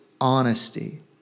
honesty